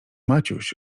maciuś